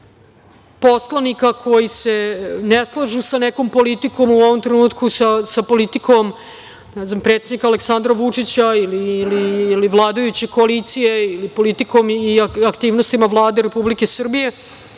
poslanika koji se ne slažu sa nekom politikom, u ovom trenutku sa politikom predsednika Aleksandra Vučića ili vladajuće koalicije, ili politikom i aktivnostima Vlade Republike Srbije,